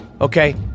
Okay